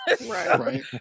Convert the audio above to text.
Right